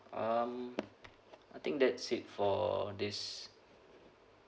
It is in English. um I think that's it for this